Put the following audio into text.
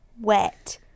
wet